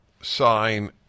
sign